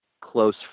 close